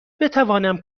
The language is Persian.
بتوانم